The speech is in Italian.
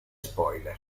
spoiler